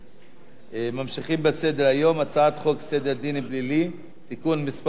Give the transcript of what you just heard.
ממשיכים בסדר-היום: הצעת חוק סדר הדין הפלילי (תיקון מס' 66),